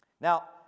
Now